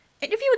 Interview